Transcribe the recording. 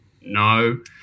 No